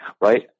right